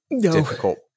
difficult